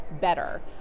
better